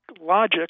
logic